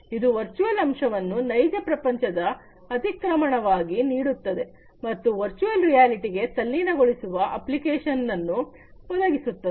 ಇದು ವರ್ಚುವಲ್ ಅಂಶಗಳನ್ನು ನೈಜ ಪ್ರಪಂಚದ ಅತಿಕ್ರಮಣವಾಗಿ ನೀಡುತ್ತದೆ ಮತ್ತು ವರ್ಚುಯಲ್ ರಿಯಾಲಿಟಿಗೆ ತಲ್ಲೀನಗೊಳಿಸುವ ಅಪ್ಲಿಕೇಶನನ್ನು ಒದಗಿಸುತ್ತದೆ